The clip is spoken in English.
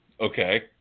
Okay